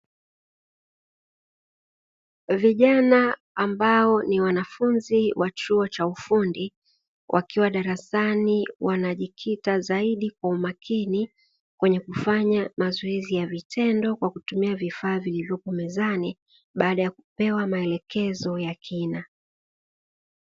Vijana ambao ni wanafunzi wa chuo cha ufundi, wakiwa darasani wanajikita zaidi kwa umakini kwenye kufanya mazoezi ya vitendo kwa kutumia vifaa vilivyopo mezani, baada ya kupewa maelekezo ya kina.